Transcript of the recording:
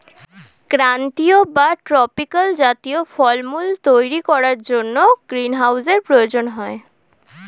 ক্রান্তীয় বা ট্রপিক্যাল জাতীয় ফলমূল তৈরি করার জন্য গ্রীনহাউসের প্রয়োজন হয়